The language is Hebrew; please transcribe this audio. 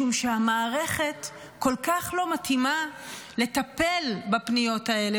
משום שהמערכת כל כך לא מתאימה לטפל בפניות האלה,